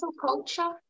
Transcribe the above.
culture